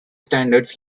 standards